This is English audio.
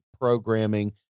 programming